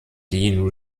dean